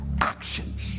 actions